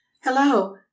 Hello